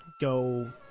go